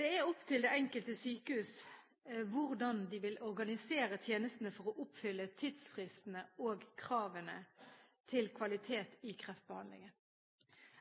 Det er opp til det enkelte sykehus hvordan de vil organisere tjenestene for å oppfylle tidsfristene og kravene til kvalitet i kreftbehandlingen.